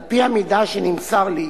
על-פי המידע שנמסר לי,